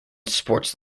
sports